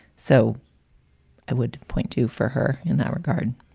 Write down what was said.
so i would point to for her in that regard